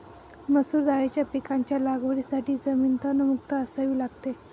मसूर दाळीच्या पिकाच्या लागवडीसाठी जमीन तणमुक्त असावी लागते